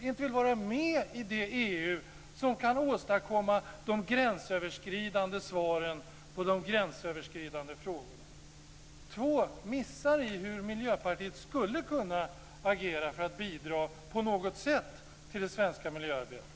Ni vill inte vara med i det EU som kan åstadkomma de gränsöverskridande svaren på de gränsöverskridande frågorna. Detta är två missar och visar hur Miljöpartiet skulle kunna agera för att på något sätt bidra till det svenska miljöarbetet.